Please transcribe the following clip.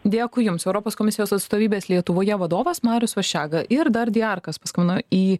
dėkui jums europos komisijos atstovybės lietuvoje vadovas marius vašega ir dar diarkas paskambino į